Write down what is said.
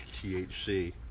THC